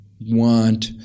want